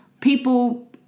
people